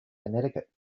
connecticut